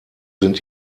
sind